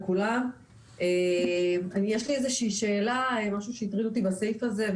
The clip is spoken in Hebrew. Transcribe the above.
יש לי שאלה לגבי הסעיף הזה,